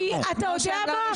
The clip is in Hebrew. כי אתה יודע מה?